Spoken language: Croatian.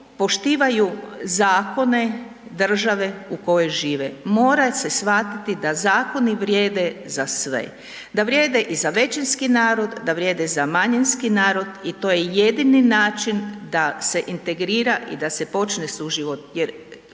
poštivaju zakone države u kojoj žive. Mora se shvatiti da zakoni vrijede za sve, da vrijede i za većinski narod, da vrijede za manjinski narod i to je jedini način da se integrira i da počne suživot